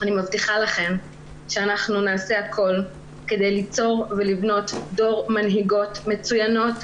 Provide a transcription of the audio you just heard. אני מבטיחה לכם שאנחנו נעשה הכול כדי ליצור ולבנות דור מנהיגות מצוינות,